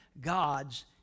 God's